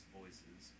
voices